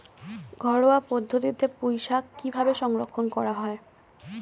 ঘরোয়া পদ্ধতিতে পুই শাক কিভাবে সংরক্ষণ করা হয়?